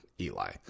Eli